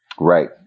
Right